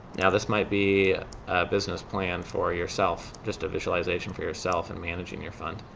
now, this might be a business plan for yourself, just a visualization for yourself in managing your fund.